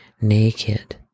naked